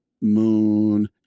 moon